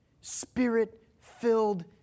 Spirit-filled